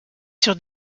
sur